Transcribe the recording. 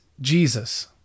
Jesus